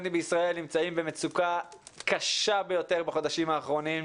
הסטודנטים בישראל נמצאים במצוקה קשה ביותר בחודשים האחרונים.